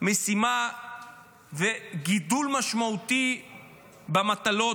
משימה וגידול משמעותי במטלות,